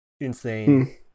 Insane